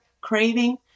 craving